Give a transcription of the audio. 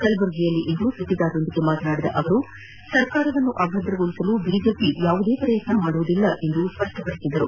ಕಲಬುರಗಿಯಲ್ಲಿಂದು ಸುದ್ದಿಗಾರರೊಂದಿಗೆ ಮಾತನಾಡಿದ ಅವರು ಸರ್ಕಾರವನ್ನು ಅಭದ್ರಗೊಳಿಸಲು ಬಿಜೆಪಿ ಯಾವುದೇ ಪ್ರಯತ್ನ ಮಾಡುವುದಿಲ್ಲ ಎಂದು ಅವರು ಸ್ವಷ್ವಪಡಿಸಿದರು